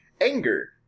Anger